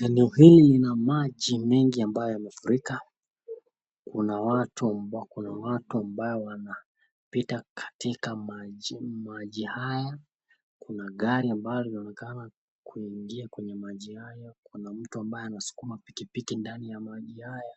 Eneo hili lina maji mengi ambayo yamefurika, kuna watu ambao wanapita katika maji, maji haya kuna gari ambalo linaonekana kwenye maji hayo, kuna mtu ambaye anasukuma pikipiki ndani ya maji haya,